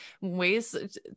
ways